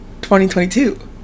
2022